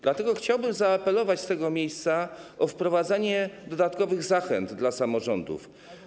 Dlatego chciałbym zaapelować z tego miejsca o wprowadzanie dodatkowych zachęt dla samorządów.